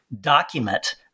document